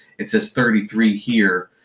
it says thirty three here,